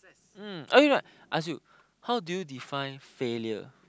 mm oh you not ask you how do you define failure